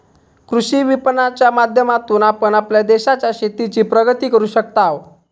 कृषी विपणनाच्या माध्यमातून आपण आपल्या देशाच्या शेतीची प्रगती करू शकताव